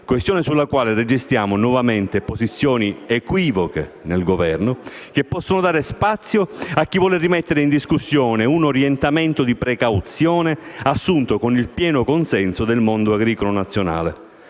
questione sulla quale registriamo nuovamente nel Governo posizioni equivoche, che possono dare spazio a chi vuole rimettere in discussione un orientamento di precauzione assunto con il pieno consenso del mondo agricolo nazionale.